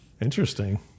interesting